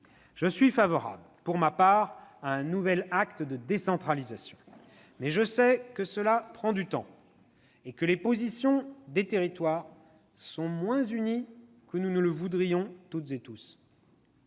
Je suis favorable, pour ma part, à un nouvel acte de décentralisation, mais je sais que cela prend du temps et que les positions des territoires sont moins unies que nous ne le voudrions tous. C'est